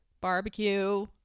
Barbecue